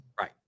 Right